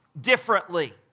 differently